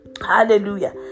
Hallelujah